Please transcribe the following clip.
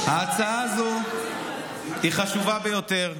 ההצעה הזו היא חשובה ביותר.